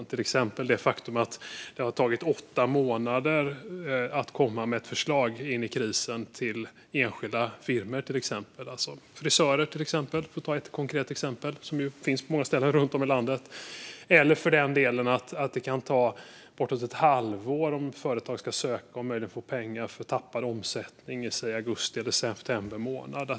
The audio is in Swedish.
Till exempel har det tagit åtta månader att komma fram med ett förslag om stöd till enskilda firmor, till exempel frisörer, och det kan ta uppemot ett halvår för ett företag att söka och få pengar för tappad omsättning i augusti eller september månad.